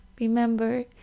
Remember